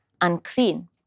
unclean